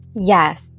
Yes